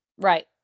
Right